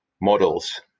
models